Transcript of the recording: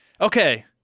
Okay